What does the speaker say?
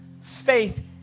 faith